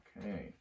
okay